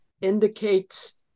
indicates